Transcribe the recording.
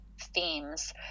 themes